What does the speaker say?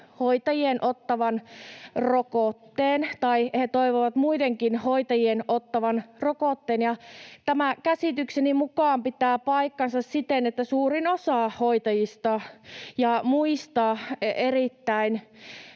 hoitajien ottavan rokotteen tai he toivovat muidenkin hoitajien ottavan rokotteen, ja tämä käsitykseni mukaan pitää paikkansa siten, että suurin osa hoitajista ja muista erittäin